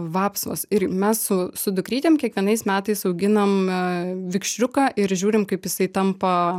vapsvos ir mes su su dukrytėm kiekvienais metais auginam vikšriuką ir žiūrim kaip jisai tampa